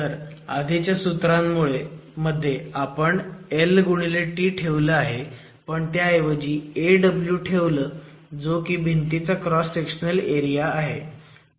तर आधीच्या सुत्रांमध्ये आपण lt ठेवलं आहे पण त्या ऐवजी Aw ठेवलं जो की भींतीचा क्रॉस सेक्शनल एरिया आहे